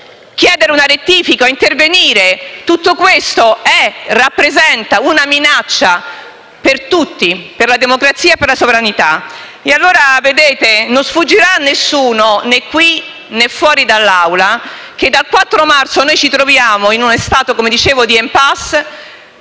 chiedere una rettifica né intervenire. Tutto questo rappresenta una minaccia per tutti, per la democrazia e per la sovranità. Non sfuggirà a nessuno, né qui né fuori da questa Assemblea, che dal 4 marzo ci troviamo in uno stato, come dicevo, di *impasse*